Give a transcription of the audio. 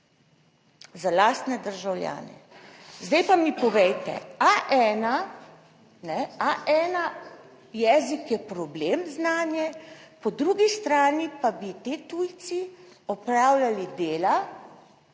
za lastne državljane -. Zdaj pa mi povejte, A1, kajne, A1 jezik je problem znanje, po drugi strani pa bi ti tujci opravljali dela,